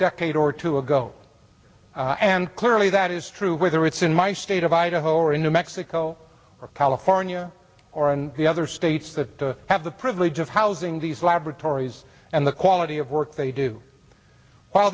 decade or two ago and clearly that is true whether it's in my state of idaho or in new mexico or california or in the other states that have the privilege of housing these laboratories and the quality of work they do